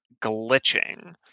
glitching